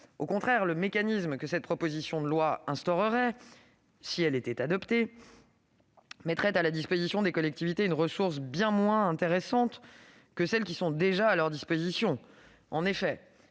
Au contraire, le mécanisme que cette proposition de loi instaurerait, si elle était adoptée, mettrait à la disposition des collectivités une ressource bien moins intéressante que celles qui sont aujourd'hui à leur disposition. En effet,